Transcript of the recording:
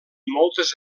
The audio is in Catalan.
moltes